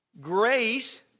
grace